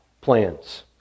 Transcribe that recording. plans